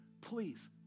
please